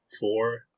four